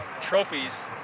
trophies